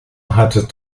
hatte